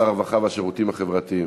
שר הרווחה והשירותים החברתיים.